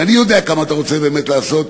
ואני יודע כמה אתה רוצה באמת לעשות,